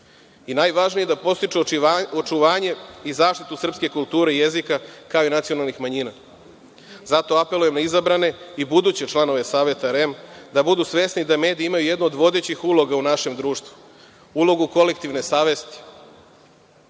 i najvažnije – da podstiču očuvanje i zaštitu srpske kulture i jezika, kao i nacionalnih manjina. Zato apelujem na izabrane i buduće članove Saveta REM-a da budu svesni da mediji imaju jednu od vodećih uloga u našem društvu, ulogu kolektivne savesti,